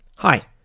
Hi